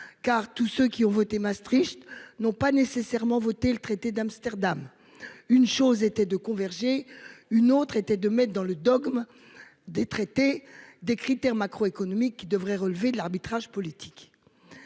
Car tous ceux qui ont voté Maastricht n'ont pas nécessairement voté le traité d'Amsterdam. Une chose était de converger. Une autre était de mètres dans le dogme des traités des critères macro-économique qui devrait relever de l'arbitrage politique.